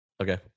Okay